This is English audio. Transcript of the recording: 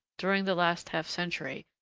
during the last half-century,